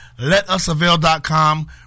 LetUsAvail.com